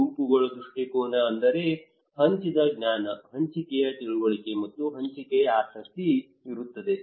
ಗುಂಪುಗಳ ದೃಷ್ಟಿಕೋನ ಅಂದರೆ ಹಂಚಿದ ಜ್ಞಾನ ಹಂಚಿಕೆಯ ತಿಳುವಳಿಕೆ ಮತ್ತು ಹಂಚಿಕೆಯ ಆಸಕ್ತಿ ಇರುತ್ತದೆ